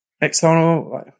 external